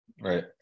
Right